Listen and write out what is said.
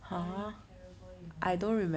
very terrible you know